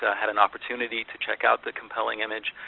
ah had an opportunity to check out the compelling image,